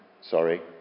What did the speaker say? sorry